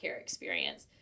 experience